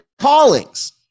callings